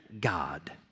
God